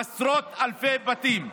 עשרות אלפי בתים.